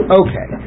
okay